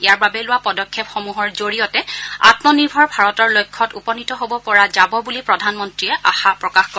ইয়াৰ বাবে লোৱা পদক্ষেপসমূহৰ জৰিয়তে আমনিৰ্ভৰ ভাৰতৰ লক্ষ্যত উপনীত হ'ব পৰা যাব বুলি প্ৰধানমন্ত্ৰীয়ে আশা প্ৰকাশ কৰে